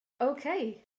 Okay